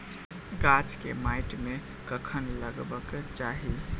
गाछ केँ माइट मे कखन लगबाक चाहि?